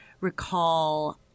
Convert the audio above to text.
recall